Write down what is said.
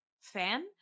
fan